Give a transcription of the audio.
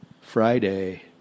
Friday